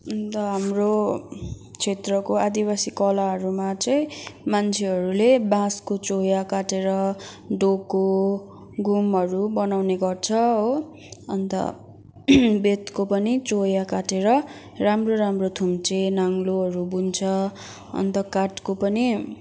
अन्त हाम्रो क्षेत्रको आदिवासी कलाहरूमा चाहिँ मन्छेहरूले बाँसको चोया कातेर डोको घुमहरू बनाउने गर्छ हो अन्त बेतको पनि चोया काटेर राम्रो राम्रो थुन्से नाङ्लोहरू बुन्छ अन्त काठको पनि